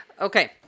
Okay